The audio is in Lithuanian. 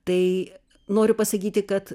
tai noriu pasakyti kad